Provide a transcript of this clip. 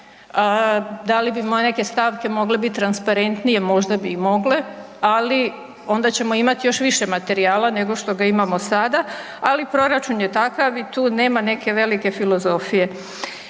Da li bi neke stavke mogle bit transparentnije, možda bi i mogle, ali onda ćemo imat još više materijala nego što ga imamo sada, ali proračun je takav i tu nema neke velike filozofije.